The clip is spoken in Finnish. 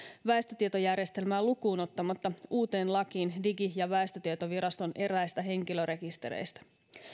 väestötietojärjestelmää lukuun ottamatta uuteen lakiin digi ja väestötietoviraston eräistä henkilörekistereistä